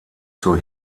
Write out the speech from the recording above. zur